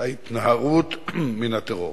ההתנערות מן הטרור.